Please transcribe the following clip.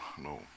No